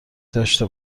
داشته